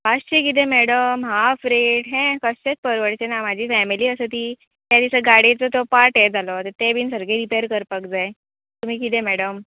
पांचशें किदें madam half rate हें कशेंच परवडचें ना म्हाजी फॅमिली आसा ती त्या दिसा गाडयेचो तो पार्ट हें जालो तें बीन सारकें रिपॅर करपाक जाय तुमी किदें मॅडम